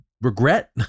regret